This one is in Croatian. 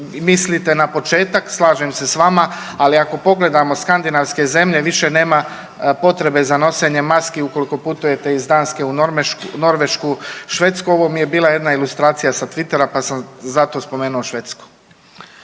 mislite na početak, slažem se s vama. Ali ako pogledamo skandinavske zemlje više nema potrebe za nošenjem maski ukoliko putujete iz Danske u Norvešku, Švedsku. Ovo mi je bila jedna ilustracija sa Twittera, pa sam zato spomenuo Švedsku.